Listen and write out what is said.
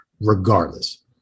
regardless